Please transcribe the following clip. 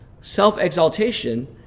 self-exaltation